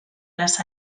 las